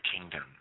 kingdom